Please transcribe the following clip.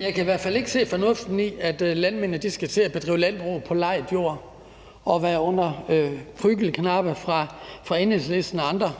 Jeg kan i hvert fald ikke se fornuften i, at landmændene skal til at drive landbrug på lejet jord og være prygelknaber for Enhedslisten og andre